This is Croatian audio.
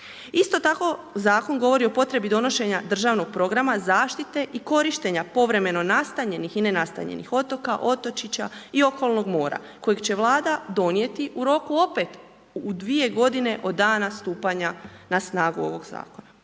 Isto tako, zakon govori o potrebi donošenja državnog programa zaštite i korištenja povremeno nastanjenih i nenastanjenih otoka, otočića i okolnog mora kojeg će Vlada donijeti u roku opet u dvije godine od dana stupanja na snagu ovog Zakona.